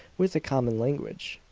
with a common language.